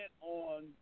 on